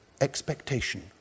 expectation